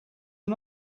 are